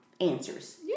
answers